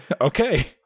Okay